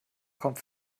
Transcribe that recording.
kommt